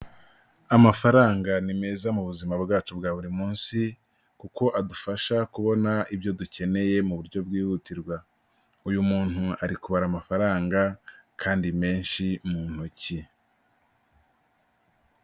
Amafaranga ni meza mu buzima bwacu bwa buri munsi kuko adufasha kubona ibyo dukeneye mu buryo bwihutirwa, uyu muntu ari kubara amafaranga kandi menshi mu ntoki.